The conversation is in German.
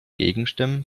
gegenstimmen